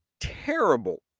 terrible